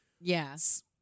Yes